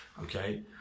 okay